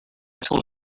told